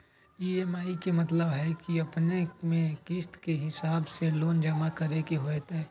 EMI के मतलब है कि अपने के किस्त के हिसाब से लोन जमा करे के होतेई?